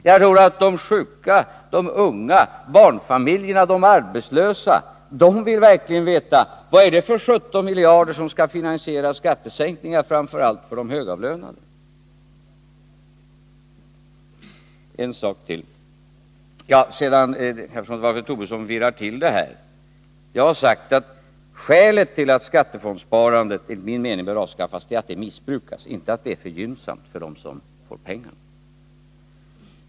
Jag tror att de sjuka, de unga, barnfamiljerna och de arbetslösa verkligen vill veta vad det är för 17 miljarder som skall finansiera skattesänkningar för framför allt de högavlönade. En sak till, eftersom Lars Tobisson virrar till det. Jag har sagt att skälet till att skattefondssparandet enligt min mening bör avskaffas är att det missbrukas, inte att det är för gynnsamt för dem som får pengarna.